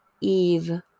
Eve